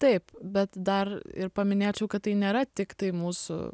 taip bet dar ir paminėčiau kad tai nėra tiktai mūsų